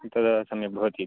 तदा सम्यक् भवति इति